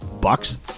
Bucks